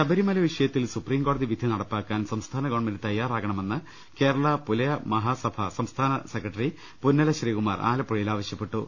ശബരിമല വിഷയത്തിൽ സുപ്രീം കോടതി വിധി നടപ്പാക്കാൻ സംസ്ഥാന ഗവൺമെന്റ് തയ്യാറാകണമെന്ന് കേരള പുലയ മഹാസഭ സംസ്ഥാന സെക്രട്ടറി പുന്നല ശ്രീകുമാർ ആലപ്പുഴയിൽ ആവശ്യപ്പെട്ടു